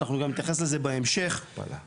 אנחנו גם נתייחס לזה בהמשך, בתחומים נוספים.